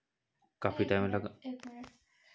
काफी टाइम लग